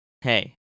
Hey